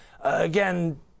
again